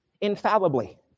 infallibly